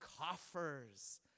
coffers